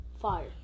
fire